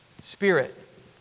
spirit